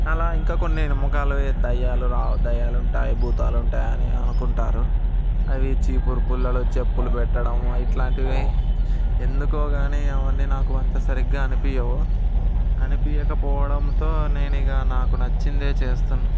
అలా ఇంకా కొన్ని నమ్మకాలు దయ్యాలు రా దయ్యాలు ఉంటాయి భూతాలు ఉంటాయి అని అనుకుంటారు అవి చీపురుపుల్లలు చెప్పులు పెట్టడం ఇలాంటివి ఎందుకో కానీ అవన్నీ నాకు అంత సరిగ్గా అనిపించవు అనిపించకపోవడంతో నేను ఇక నాకు నచ్చింది చేస్తున్నా